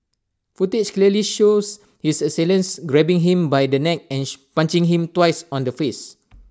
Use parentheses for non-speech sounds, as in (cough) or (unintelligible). footage clearly shows his assailant grabbing him by the neck and (unintelligible) punching him twice on the face